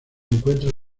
encuentra